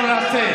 אתה מקשקש?